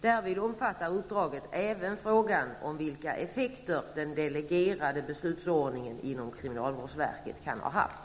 Därvid omfattar uppdraget även frågan vilka effekter den delegerade beslutsordningen inom kriminalvårdsverket kan ha haft.